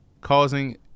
causing